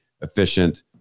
efficient